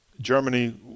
Germany